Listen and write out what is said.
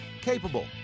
capable